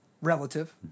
Relative